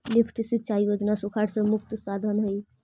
lift सिंचाई योजना सुखाड़ से मुक्ति के साधन हई